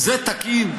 זה תקין?